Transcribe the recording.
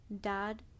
dad